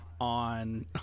on